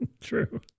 True